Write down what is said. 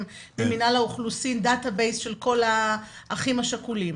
ממינהל האוכלוסין דאטה בייס של כל האחים השכולים,